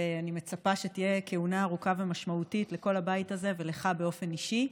ואני מצפה שתהיה כהונה ארוכה ומשמעותית לכל הבית הזה ולך באופן אישי.